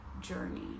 journey